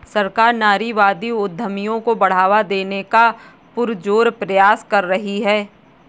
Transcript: सरकार नारीवादी उद्यमियों को बढ़ावा देने का पुरजोर प्रयास कर रही है